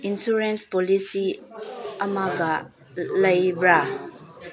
insurance policy ꯑꯃꯒ ꯂꯩꯕ꯭ꯔꯥ